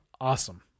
awesome